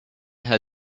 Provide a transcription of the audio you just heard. her